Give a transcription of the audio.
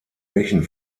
bächen